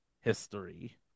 history